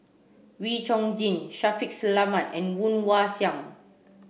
Wee Chong Jin Shaffiq Selamat and Woon Wah Siang